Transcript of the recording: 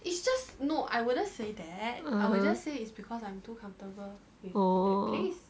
ah !huh! oh